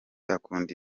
akunda